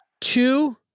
Two